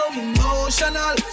emotional